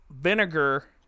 vinegar